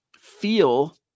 feel